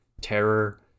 terror